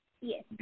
yes